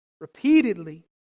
Repeatedly